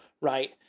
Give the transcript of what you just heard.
right